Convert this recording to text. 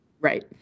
Right